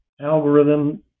algorithm